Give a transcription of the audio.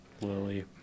Lily